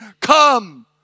come